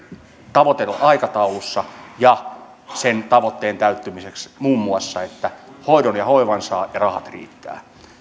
ovat aikataulussa muun muassa sen tavoitteen täyttymiseksi että hoidon ja hoivan saa ja rahat riittää